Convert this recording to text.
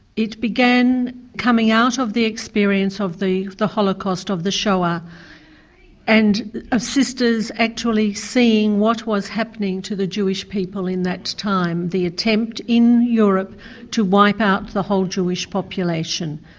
it began coming out of the experience of the the holocaust of the shoah and sisters actually seeing what was happening to the jewish people in that time the attempt in europe to wipe out the whole jewish population.